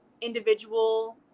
individual